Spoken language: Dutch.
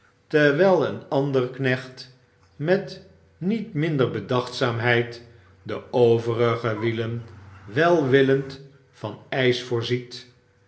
terwijl een ander knecht met niet minder bedachtzaamheid de overige wielen welwillend van jjs voorziet